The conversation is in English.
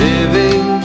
Living